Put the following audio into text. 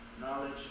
knowledge